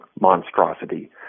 monstrosity